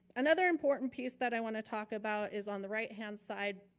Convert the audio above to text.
another important piece that i wanna talk about is on the right hand side